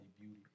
Beauty